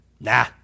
Nah